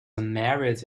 unmarried